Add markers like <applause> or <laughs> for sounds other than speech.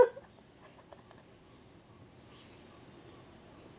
<laughs>